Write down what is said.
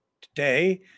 today